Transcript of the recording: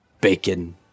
bacon